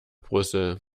brüssel